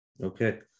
Okay